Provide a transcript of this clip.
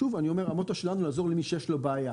שוב אני אומר, המוטו שלנו לעזור למי שיש לו בעיה.